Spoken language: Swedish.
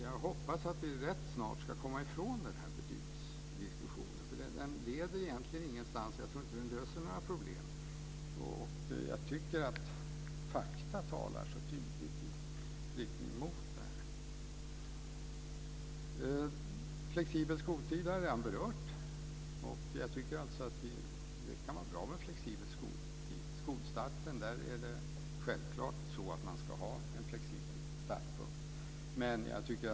Jag hoppas att vi rätt snart ska komma ifrån betygsdiskussionen. Den leder egentligen ingenstans, och jag tror inte att den löser några problem. Jag tycker att fakta talar tydligt i riktning mot detta. Vi har redan berört flexibel skoltid. Det kan vara bra med flexibel skoltid. Det är självklart men en flexibel startpunkt för skolstarten.